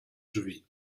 drzwi